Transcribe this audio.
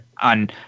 on